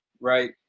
right